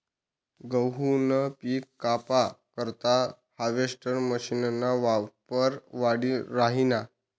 गहूनं पिक कापा करता हार्वेस्टर मशीनना वापर वाढी राहिना